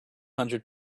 hundred